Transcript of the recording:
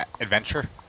adventure